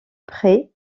près